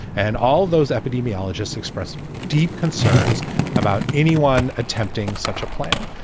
and all of those epidemiologists express deep concerns about anyone attempting such a plan.